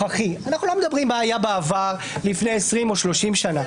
אנחנו לא מדברים מה היה בעבר לפני 20 או 30 שנה,